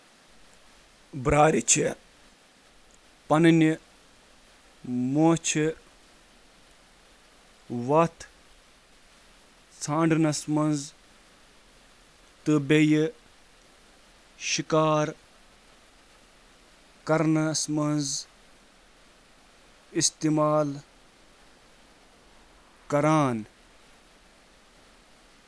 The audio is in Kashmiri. بیٛارۍ چھِ پنٕنۍ مۄچھہٕ مختلف مقصدن خٲطرٕ استعمال کران، یتھ منٛز شٲمل چھِ: کمپن محسوس کرٕنۍ، ہوہٕک دھارن ہنٛد پتہ لگاوُن، جذبات تہٕ باقی کتھ باتھ کرٕنۍ۔